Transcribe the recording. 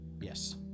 Yes